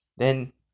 then